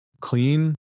clean